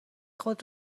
خود